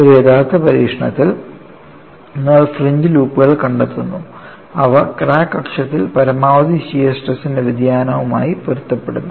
ഒരു യഥാർത്ഥ പരീക്ഷണത്തിൽ നമ്മൾ ഫ്രിഞ്ച് ലൂപ്പുകൾ കണ്ടെത്തുന്നു അവ ക്രാക്ക് അക്ഷത്തിൽ പരമാവധി ഷിയർ സ്ട്രെസ്ന്റെ വ്യതിയാനവുമായി പൊരുത്തപ്പെടുന്നു